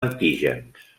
antígens